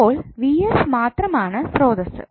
അപ്പോൾ 𝑣𝑠 മാത്രം ആണ് സ്രോതസ്സ്